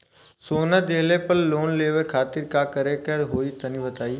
सोना दिहले पर लोन लेवे खातिर का करे क होई तनि बताई?